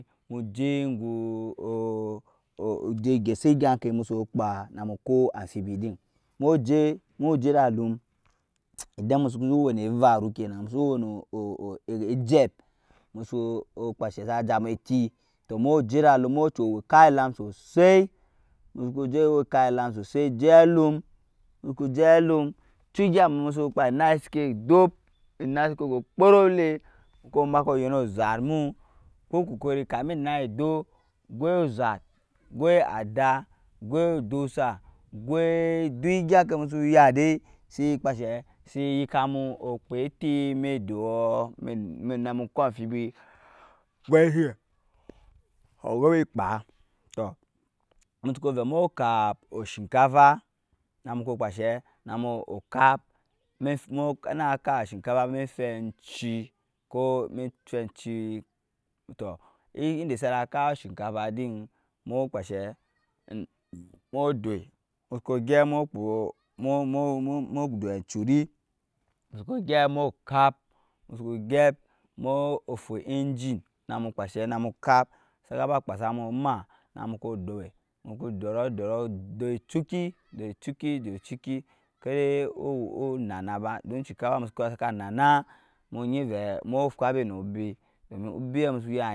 Mu jɛ gu ojɛ gɛsa egyan kɛ musu kp na mu koɔɔ amfibi din mu jɛ da alum inda musuku wɛni evaru kɛnna mususu ejɛp musu kpashɛ ajumu eti to mu jɛ da alum muchu wɛ kailam sosoi muku jɛ awa kailam sosoi jɛ alum muku jɛ alum chu egya mu musu kap enai siki dop enai siki go kporop elɛ muku yen ozat mu ku korori kamin enai duo gwai ozat gwai ada gwai dusa gwai duk regyan kai musiya dai siyi kamu kpa eti me edoo namu ko amfibi gwasi tɔɔ musuku vɛ mu kap oshinkafa namuku kpashe okpa na kap oshinkafa mai afen enci ko mai fen enci tɔɔ inda sana kap oshinkafa din mɔɔ dɔi musuku gɛp mu kpu mu doi achuri muku dɛp mu kap musuku gɛp mu ofu enji namu kpashɛ namu kap saka ba kpasamu ma namuku do muku doro doro chukki doi hukki kada unanna ba dun oshinkafa mu saka annana mu enyi nɛ mu fabi nɔɔ obɛ domin obɛ musu yani,